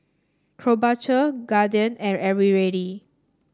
Krombacher Guardian and Eveready